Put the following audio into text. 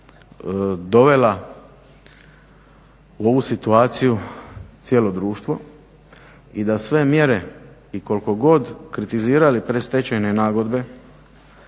dovela u ovu situaciju cijelo društvo i da sve mjere i koliko god kritizirali predstečajne nagodbe